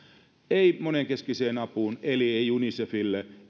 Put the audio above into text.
ei monenkeskiseen apuun eli ei unicefille